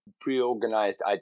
pre-organized